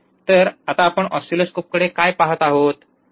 तर आता आपण ऑसिलोस्कोपकडे काय पहात आहोत